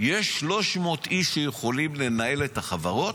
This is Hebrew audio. יש 300 איש שיכולים לנהל את החברות.